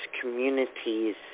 communities